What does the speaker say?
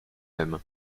mêmes